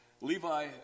Levi